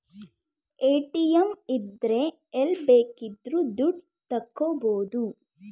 ATM ಇದ್ರೆ ಎಲ್ಲ್ ಬೇಕಿದ್ರು ದುಡ್ಡ ತಕ್ಕಬೋದು